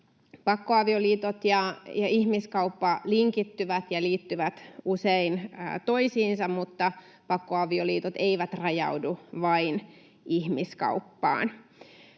Pakkoavioliitot ja ihmiskauppa linkittyvät ja liittyvät usein toisiinsa, mutta pakkoavioliitot eivät rajaudu vain ihmiskauppaan.